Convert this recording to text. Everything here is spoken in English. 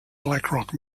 blackrock